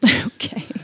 okay